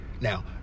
Now